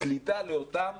קליטה לאותם